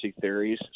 theories